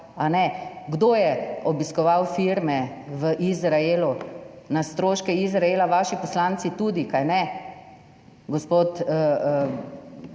Kdo je obiskoval firme v Izraelu na stroške Izraela? Vaši poslanci tudi, kajne, gospod,